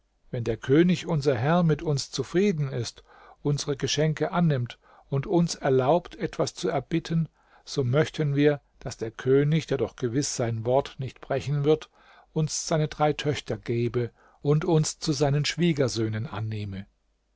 wenn der könig unser herr mit uns zufrieden ist unsere geschenke annimmt und uns erlaubt etwas zu erbitten so möchten wir daß der könig der doch gewiß sein wort nicht brechen wird uns seine drei töchter gebe und uns zu seinen schwiegersöhnen annehme